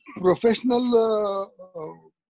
professional